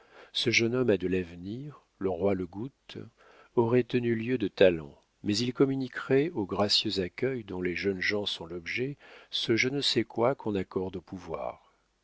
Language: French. ce jeune homme a de l'avenir le roi le goûte auraient tenu lieu de talents mais ils communiquaient au gracieux accueil dont les jeunes gens sont l'objet ce je ne sais quoi qu'on accorde au pouvoir